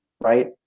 Right